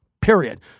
Period